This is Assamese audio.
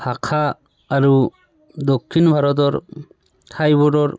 ভাষা আৰু দক্ষিণ ভাৰতৰ ঠাইবোৰৰ